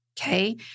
okay